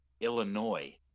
Illinois